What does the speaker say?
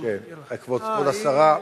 כבוד השרה.